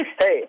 Hey